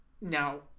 Now